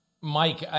Mike